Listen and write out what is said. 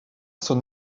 son